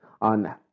on